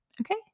Okay